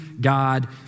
God